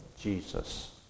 Jesus